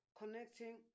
connecting